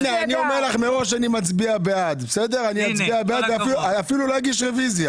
אני אומר לך מראש שאני אצביע בעד ואפילו לא אגיש רביזיה,